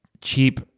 cheap